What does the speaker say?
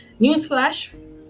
Newsflash